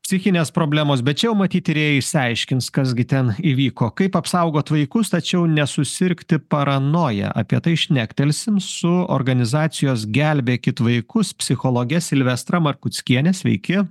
psichinės problemos bet čia jau matyt tyrėjai išsiaiškins kas gi ten įvyko kaip apsaugot vaikus tačiau nesusirgti paranoja apie tai šnektelsim su organizacijos gelbėkit vaikus psichologe silvestra markuckiene sveiki